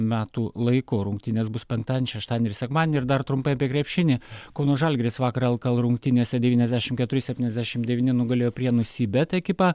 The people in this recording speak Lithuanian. metų laiku rungtynės bus penktadienį šeštadienį ir sekmadienį ir dar trumpai apie krepšinį kauno žalgiris vakar lkl rungtynėse devyniasdešim keturi septyniasdešim devyni nugalėjo prienų cbet ekipą